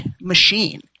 machine